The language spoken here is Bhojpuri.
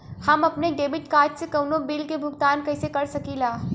हम अपने डेबिट कार्ड से कउनो बिल के भुगतान कइसे कर सकीला?